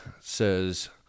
says